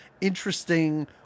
interesting